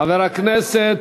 חבר הכנסת